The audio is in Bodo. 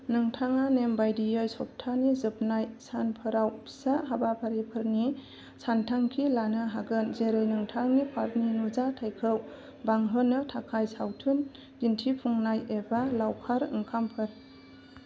नोंथाङा नेमबादियै सबथानि जोबनाय सानफोराव फिसा हाबाफारिफोरनि सानथांखि लानो हागोन जेरै नोंथांनि पार्कनि नुजाथाइखौ बांहोनो थाखाय सावथुन दिन्थिफुंनाय एबा लावखार ओंखामफोर